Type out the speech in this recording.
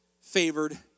favored